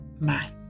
bye